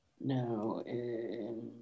No